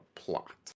plot